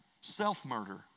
self-murder